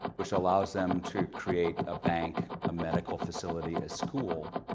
which allows them to create a bank, a medical facility, a school.